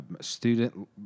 student